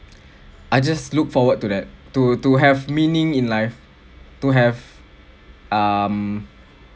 I just look forward to that to to have meaning in life to have um